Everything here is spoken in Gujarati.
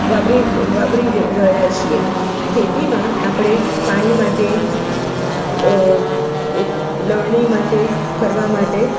વાપરી વાપરી રહ્યાં છીએ ખેતીમાં આપણે પાણી માટે લણણી માટે કરવાં માટે